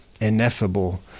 ineffable